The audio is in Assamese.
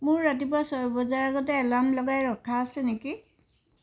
মোৰ ৰাতিপুৱা ছয় বজাৰ আগতে এলাৰ্ম লগাই ৰখা আছে নেকি